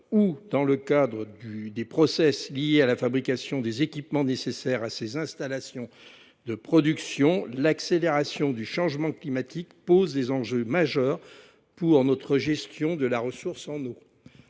ou dans le cadre des process liés à la fabrication des équipements nécessaires à ces installations de production, l’accélération du changement climatique est un enjeu majeur pour notre gestion de la ressource en eau.